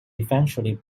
eventually